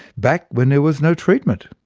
back when there was no treatment.